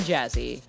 Jazzy